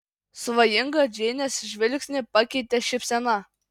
svajingą džeinės žvilgsnį pakeitė šypsena